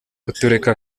kutureka